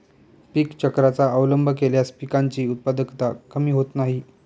पीक चक्राचा अवलंब केल्यास पिकांची उत्पादकता कमी होत नाही